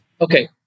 Okay